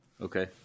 Okay